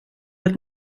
att